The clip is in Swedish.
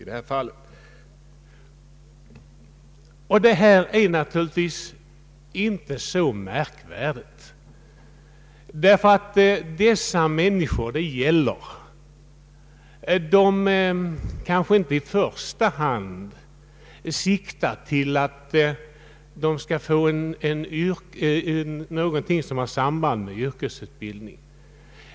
Detta med vuxenutbildning är naturligtvis inte så märkvärdigt, ty de människor det gäller siktar kanske inte i första hand till att få en direkt yrkesutbildning.